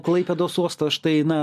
klaipėdos uosto štai na